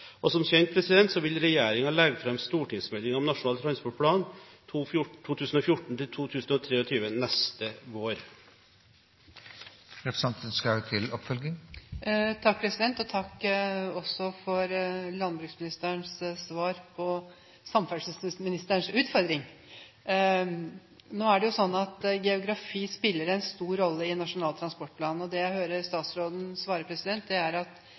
Som kjent vil regjeringen legge fram stortingsmeldingen om Nasjonal transportplan 2014–2023 neste vår. Takk for landbruksministerens svar på samferdselsministerens utfordring. Nå er det sånn at geografi spiller en stor rolle i Nasjonal transportplan, og det jeg hører statsråden svare, er at den gjeldende planen er helt all right, og det andre som er viktig, er at